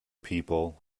people